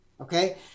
Okay